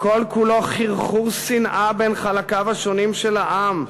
"כל כולו חרחור שנאה בין חלקיו השונים של העם.